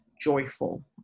joyful